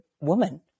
woman